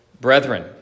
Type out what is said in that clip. Brethren